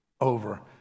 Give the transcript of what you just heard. over